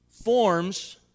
forms